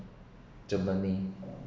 germany